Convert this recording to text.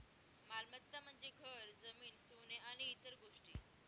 मालमत्ता म्हणजे घर, जमीन, सोने आणि इतर गोष्टी